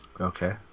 Okay